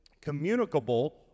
communicable